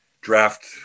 draft